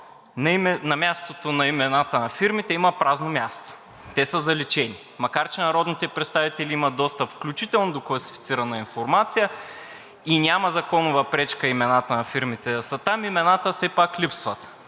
на мястото на имената на фирмите има празно място. Те са заличени. Макар че народните представители имат достъп включително до класифицирана информация и няма законова пречка имената на фирмите да са там, имената все пак липсват.